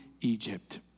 Egypt